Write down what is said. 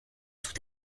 tout